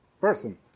person